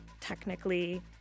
technically